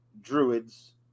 druids